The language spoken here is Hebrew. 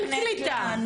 ואני מאמינה בו,